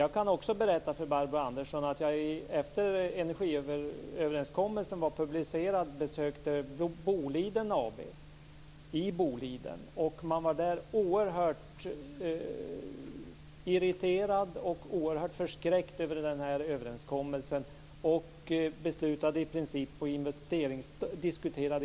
Jag kan också berätta för Barbro Andersson att jag efter publiceringen av energiöverenskommelsen besökte Boliden AB i Boliden. Man var där oerhört irriterad och förskräckt över den här överenskommelsen och diskuterade investeringsstopp.